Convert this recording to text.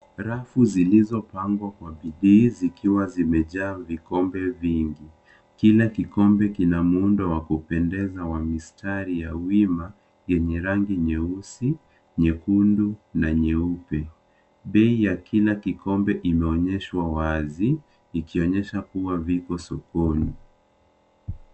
Rafu zilizopangwa kwa bidii zikiwa zimejaa vikombe vingi. Kila kikombe kina muundo wa kupendeza wa mistari ya wima yenye rangi nyeusi, nyekundu na nyeupe. Bei ya kila kikombe imeonyeshwa wazi ikionyesha kuwa vipo sokoni.